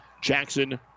Jackson